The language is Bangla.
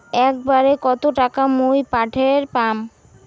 একবারে কত টাকা মুই পাঠের পাম?